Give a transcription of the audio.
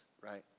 right